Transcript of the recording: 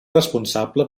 responsable